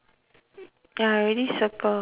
ya ya I already circle ya